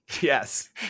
Yes